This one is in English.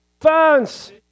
Phones